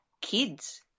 kids